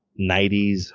90s